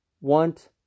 want